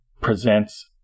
presents